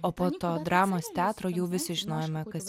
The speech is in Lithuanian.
o po to dramos teatro jau visi žinojome kas